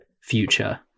future